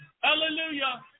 Hallelujah